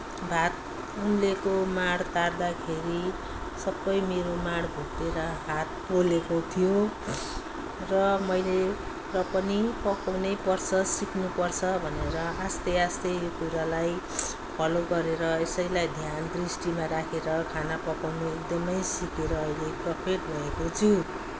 भात उम्लेको माड तार्दाखेरि सबै मेरो माड घोप्टेर हात पोलेको थियो र मैले र पनि पकाउनै पर्छ सिक्नु पर्छ भनेर आस्ते आस्ते यो कुरालाई फलो गरेर यसैलाई ध्यान दृष्टिमा राखेर खाना पकाउन एकदमै सिकेर अहिले पर्फेक्ट भएकी छु